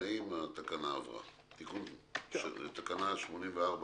הצבעה בעד התקנה פה אחד התקנה אושרה.